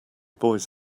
boys